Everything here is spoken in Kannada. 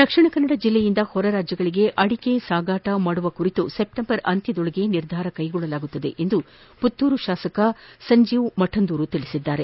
ದಕ್ಷಿಣ ಕನ್ನಡ ಜಿಲ್ಲೆಯಿಂದ ಹೊರ ರಾಜ್ಬಗಳಿಗೆ ಅಡಿಕೆ ಸಾಗಾಟ ಮಾಡುವ ಕುರಿತು ಸೆಪ್ಟೆಂಬರ್ ಅಂತ್ಯದೊಳಗೆ ನಿರ್ಧಾರ ಕೈಗೊಳ್ಳಲಾಗುವುದು ಎಂದು ಪುತ್ತೂರು ಶಾಸಕ ಸಂಜೀವ ಮಠಂದೂರು ತಿಳಿಸಿದ್ದಾರೆ